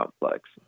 complex